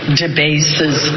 debases